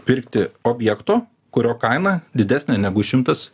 pirkti objekto kurio kaina didesnė negu šimtas